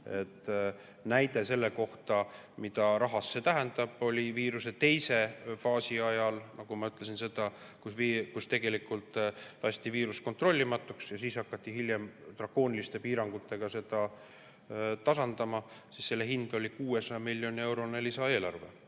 Näide selle kohta, mida see rahas tähendab, oli viiruse teise faasi ajal, nagu ma ütlesin, kui tegelikult lasti viirus kontrollimatuks ja siis hiljem hakati drakooniliste piirangutega seda tasandama. Selle hind oli 600 miljoni euro suurune lisaeelarve.